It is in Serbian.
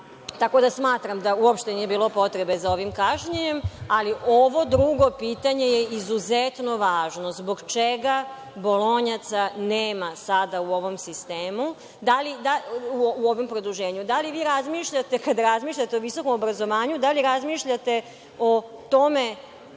tako da smatram da uopšte nije bilo potrebe za ovim kašnjenjem. Ali, ovo drugo pitanje je izuzetno važno. Zbog čega bolonjaca nema sada u ovom produženju? Kada razmišljate o visokom obrazovanju, da li razmišljate o tome